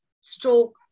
stroke